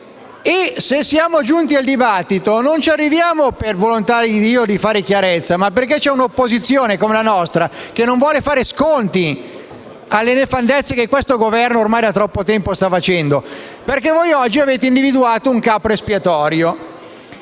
se siamo giunti al dibattito non è per la volontà divina di fare chiarezza, ma perché c'è un'opposizione come la nostra che non vuole fare sconti alle nefandezze che questo Governo ormai da troppo tempo sta facendo. Voi oggi avete individuato un capro espiatorio